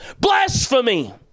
blasphemy